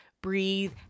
breathe